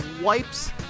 wipes